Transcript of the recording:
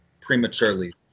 prematurely